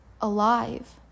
alive